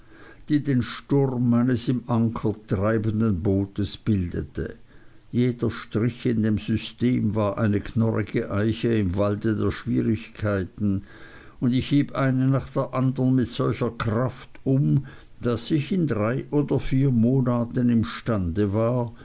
die den anker meines im sturm treibenden bootes bildete jeder strich in dem system war eine knorrige eiche im walde der schwierigkeiten und ich hieb eine nach der andern mit solcher kraft um daß ich in drei oder vier monaten imstande war